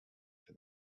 for